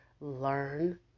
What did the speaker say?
Learn